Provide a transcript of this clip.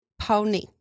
Pony